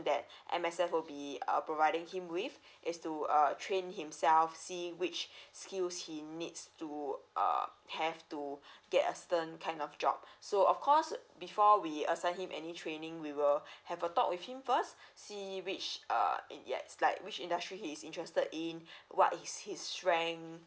that M_S_F would be err providing him with is to err train himself see which skills he needs to err have to get a certain kind of job so of course before we assign him any training we will have a talk with him first see which err yeah it's like which industry he's interested in what is his strength